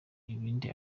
ibindi